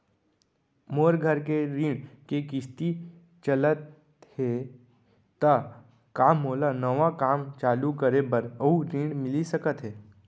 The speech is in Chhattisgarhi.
मोर घर के ऋण के किसती चलत हे ता का मोला नवा काम चालू करे बर अऊ ऋण मिलिस सकत हे?